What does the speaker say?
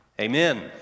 Amen